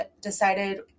decided